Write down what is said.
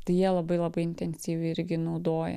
tai jie labai labai intensyviai irgi naudoja